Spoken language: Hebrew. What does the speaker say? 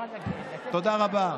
תודה רבה.